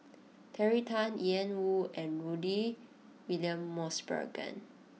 Terry Tan Ian Woo and Rudy William Mosbergen